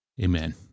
Amen